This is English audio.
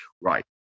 right